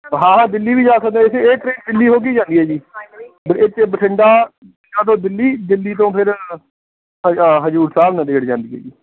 ਹਾਂ ਹਾਂ ਦਿੱਲੀ ਵੀ ਜਾ ਸਕਦੇ ਇਹ 'ਚ ਇਹ ਟ੍ਰੇਨ ਦਿੱਲੀ ਹੋ ਕੇ ਹੀ ਜਾਂਦੀ ਹੈ ਜੀ ਇੱਥੇ ਬਠਿੰਡਾ ਬਠਿੰਡਾ ਤੋਂ ਦਿੱਲੀ ਦਿੱਲੀ ਤੋਂ ਫਿਰ ਹ ਹਜ਼ੂਰ ਸਾਹਿਬ ਨਾਂਦੇੜ ਜਾਂਦੀ ਹੈ ਜੀ